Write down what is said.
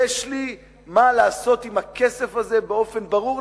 יש לי מה לעשות עם הכסף הזה באופן ברור.